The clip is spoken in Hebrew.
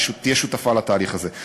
שתהיה שותפה לתהליך הזה.